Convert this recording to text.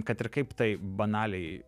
kad ir kaip tai banaliai